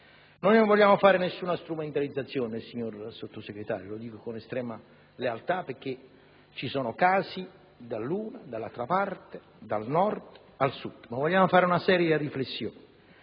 Non vogliamo fare nessuna strumentalizzazione, signor Sottosegretario, lo dico con estrema lealtà, perché ci sono casi dall'una e dall'altraparte, al Nord e al Sud, ma vogliamo svolgere una seria riflessione.